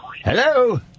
Hello